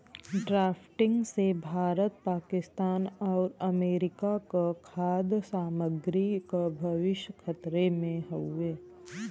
drafting से भारत पाकिस्तान आउर America क खाद्य सामग्री क भविष्य खतरे में हउवे